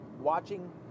watching